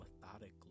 methodically